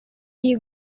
iyi